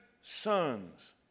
sons